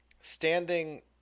standing